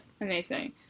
Amazing